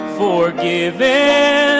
forgiven